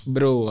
Bro